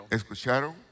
escucharon